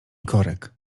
korek